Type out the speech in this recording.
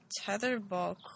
tetherball